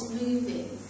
moving